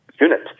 unit